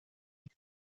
used